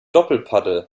doppelpaddel